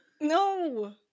No